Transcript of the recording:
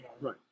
Right